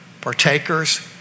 partakers